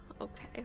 Okay